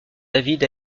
david